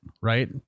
right